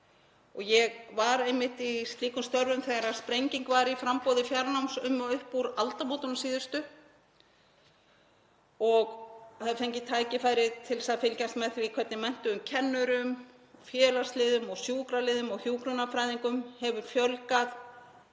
Ég var einmitt í slíkum störfum þegar sprenging varð í framboði fjarnáms um og upp úr aldamótunum síðustu og hef fengið tækifæri til að fylgjast með því hvernig menntuðum kennurum, félagsliðum, sjúkraliðum og hjúkrunarfræðingum hefur fjölgað